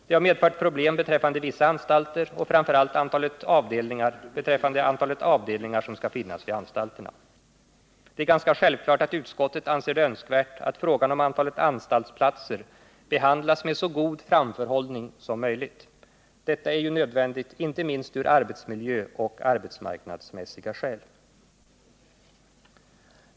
Det har medfört problem beträffande vissa anstalter och framför allt beträffande antalet avdelningar som skall finnas vid anstalterna. Det är ganska självklart att utskottet anser det önskvärt att frågan om antalet anstaltsplatser behandlas med så god framförhållning som möjligt. Detta är ju nödvändigt inte minst av arbetsmiljöoch arbetsmarknadsmässiga skäl.